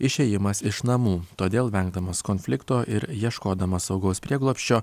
išėjimas iš namų todėl vengdamas konflikto ir ieškodamas saugaus prieglobsčio